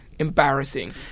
Embarrassing